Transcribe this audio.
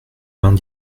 vingt